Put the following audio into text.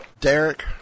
Derek